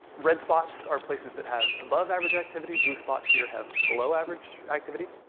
red spots are places that have above average activity. blue spots here have below average activity,